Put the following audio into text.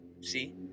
See